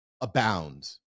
abounds